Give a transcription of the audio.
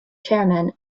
chairman